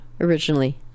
originally